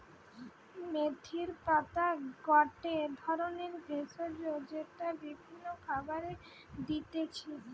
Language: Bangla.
মেথির পাতা গটে ধরণের ভেষজ যেইটা বিভিন্ন খাবারে দিতেছি